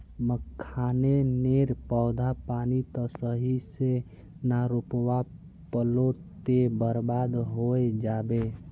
मखाने नेर पौधा पानी त सही से ना रोपवा पलो ते बर्बाद होय जाबे